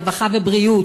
הרווחה והבריאות,